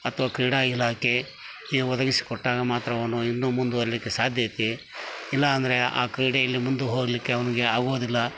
ಅಥ್ವ ಕ್ರೀಡಾ ಇಲಾಖೆ ಈ ಒದಗಿಸಿ ಕೊಟ್ಟಾಗ ಮಾತ್ರ ಅವನು ಇನ್ನೂ ಮುಂದುವರೀಲಿಕ್ಕೆ ಸಾಧ್ಯ ಐತಿ ಇಲ್ಲಾಂದರೆ ಆ ಕ್ರೀಡೆಯಲ್ಲಿ ಮುಂದು ಹೋಗಲಿಕ್ಕೆ ಅವನಿಗೆ ಆಗೋದಿಲ್ಲ